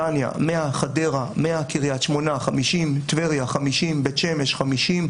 לכל אזרח במדינת ישראל דרך אחד מבתי המשפט לבתי המשפט הקהילתיים,